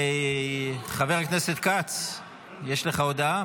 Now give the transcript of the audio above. חבר הכנסת כץ, יש לך הודעה?